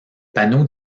panneau